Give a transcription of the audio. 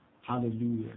Hallelujah